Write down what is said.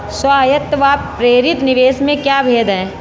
स्वायत्त व प्रेरित निवेश में क्या भेद है?